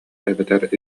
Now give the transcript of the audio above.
эбэтэр